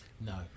no